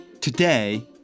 Today